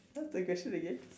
what's the question again